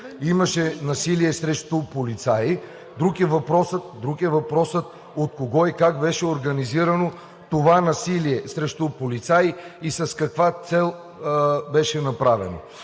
имаше насилие срещу полицаи. Друг е въпросът от кого и как беше организирано това насилие срещу полицаи и с каква цел беше направено.